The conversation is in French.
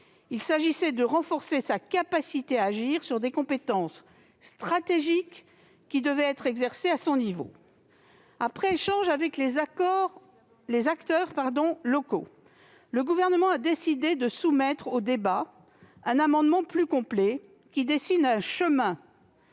Il s'agissait de renforcer sa capacité à agir concernant des compétences stratégiques qui doivent être exercées à son niveau. Après échanges avec les acteurs locaux, le Gouvernement a décidé de soumettre au débat un amendement plus complet, tendant à dessiner un chemin